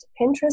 Pinterest